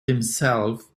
himself